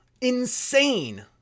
Insane